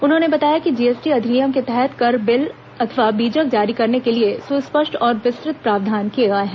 उन्होंने बताया कि जीएसटी अधिनियम के तहत कर बिल अथवा बीजक जारी करने के लिए सुस्पष्ट और विस्तृत प्रावधान किए गए है